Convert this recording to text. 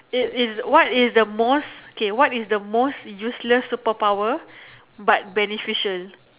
it is what is the most K what is the most useless superpower but beneficial